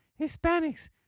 Hispanics